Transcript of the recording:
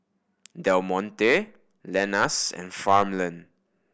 Del Monte Lenas and Farmland